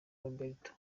roberto